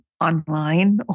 online